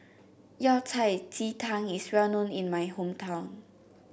Yao Cai Ji Tang is well known in my hometown